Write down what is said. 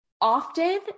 Often